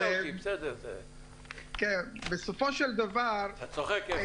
אתה צוחק?